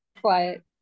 quiet